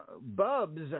Bubs